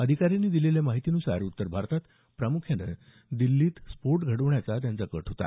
अधिकाऱ्यांनी दिलेल्या माहितीन्सार उत्तरभारतात प्रामुख्यानं दिल्लीत स्फोट घडवण्याचा त्यांचा कट होता